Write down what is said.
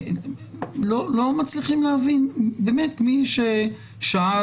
לא מצליחים להבין מי ששאל,